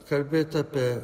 kalbėt apie